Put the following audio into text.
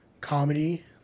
comedy